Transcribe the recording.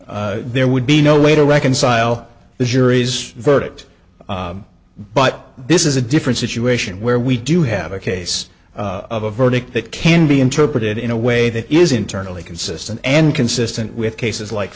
there would be no way to reconcile the jury's verdict but this is a different situation where we do have a case of a verdict that can be interpreted in a way that is internally consistent and consistent with cases like